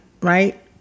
right